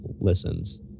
listens